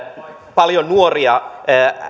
paljon nuoria